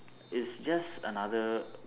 it's just another